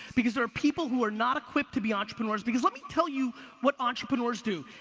because there are people who are not equipped to be entrepreneurs, because, let me tell you what entrepreneurs do.